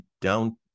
down